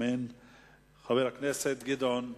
חבר הכנסת גדעון עזרא,